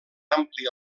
ampli